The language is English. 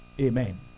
Amen